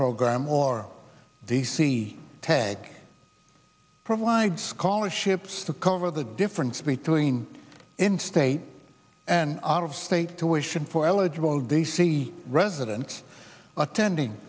program or d c ted provide scholarships to cover the difference between in state and out of state tuition for eligible d c resident attending